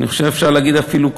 אני חושב שאפשר להגיד אפילו,